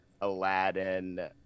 Aladdin